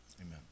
Amen